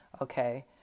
okay